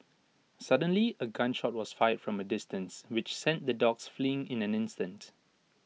suddenly A gun shot was fired from A distance which sent the dogs fleeing in an instant